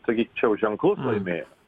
sakyčiau ženklus laimėjimas